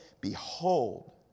Behold